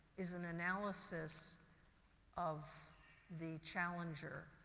is an analysis of the challenger